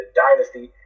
dynasty